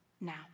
now